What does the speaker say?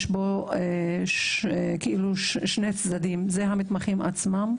יש בה שני צדדים: מצד אחד המתמחים עצמם,